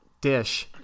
dish